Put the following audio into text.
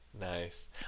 Nice